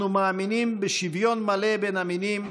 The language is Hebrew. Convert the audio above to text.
אנחנו מאמינים בשוויון מלא בין המינים,